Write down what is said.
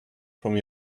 from